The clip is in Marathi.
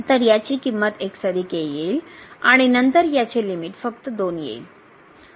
तर याची किंमत x1 येईल आणि नंतर याचे लिमिट फक्त 2 येईल